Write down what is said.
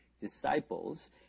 disciples